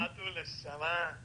אני מציע לרון לחזור בו.